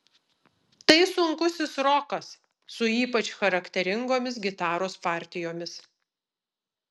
tai sunkusis rokas su ypač charakteringomis gitaros partijomis